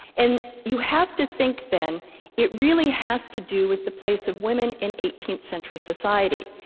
and you have to think then it really has to do with the place of women in eighteenth century society.